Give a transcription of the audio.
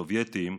סובייטים,